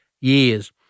years